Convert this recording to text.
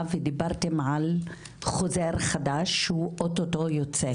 ודיברתם על חוזר חדש שהוא אוטוטו יוצא.